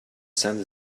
send